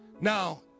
Now